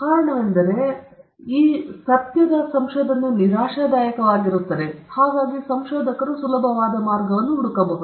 ಕಾರಣವೆಂದರೆ ಸಂಶೋಧನೆ ನಿರಾಶಾದಾಯಕವಾಗಿರುತ್ತದೆ ಹಾಗಾಗಿ ಸಂಶೋಧಕರು ಸುಲಭವಾದ ಮಾರ್ಗವನ್ನು ಹುಡುಕಬಹುದು